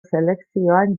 selekzioan